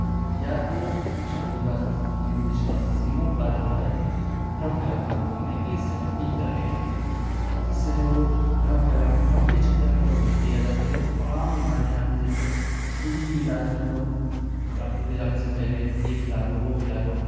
या तो कुछ अन्ध्वि अंधविश्वासियों का जो है भ्रम फैलाना लोगों में कि इससे हम ठीक कर लेंगे इससे जो भ्रम फैलाने भ्रम के चक्कर में लोग जल्दी आ जाते हैं तो तमाम बीमारियाँ अभी जैसे टी वी के इलाज में लोग डॉक्टर के जाने से पहले ये खिला दो वो खिला दो